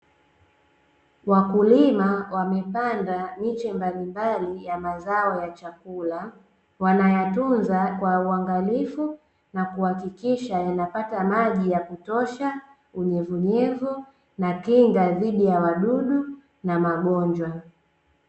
Wakulima wamepanda miche mbalimbali ya mazao ya chakula, wanayatunza kwa uangalifu na kuhakikisha yanapata maji ya kutosha, unyevunyevu na kinga dhidi ya wadudu na magonjwa.